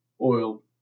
oil